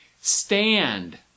Stand